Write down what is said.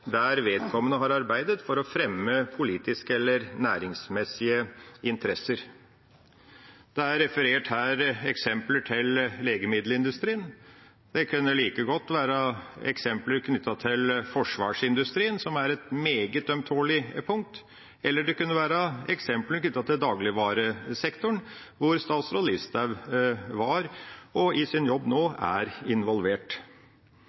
der vedkommende har arbeidet for å fremme politiske eller næringsmessige interesser. Det er her referert til eksempler fra legemiddelindustrien, det kunne like godt vært eksempler knyttet til forsvarsindustrien, som er et meget ømtålig punkt, eller det kunne vært eksempler knyttet til dagligvaresektoren, der statsråd Listhaug var – og i sin jobb nå er – involvert.